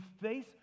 face